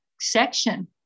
section